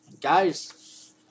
guys